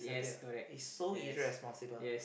yes correct yes yes